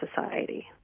society